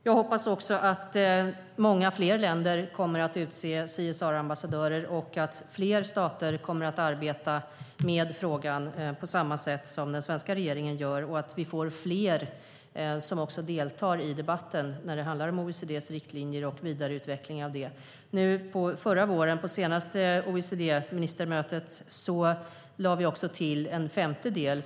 Jag hoppas också att många fler länder kommer att utse CSR-ambassadörer, att fler stater kommer att arbeta med frågan på samma sätt som den svenska regeringen gör och att vi får fler som deltar i debatten om vidareutvecklingen av OECD:s riktlinjer. Vid det senaste OECD-ministermötet förra våren lade vi också till en femte del.